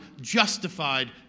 justified